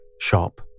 shop